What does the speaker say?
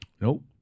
Nope